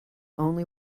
only